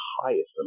highest